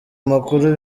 amakuru